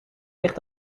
dicht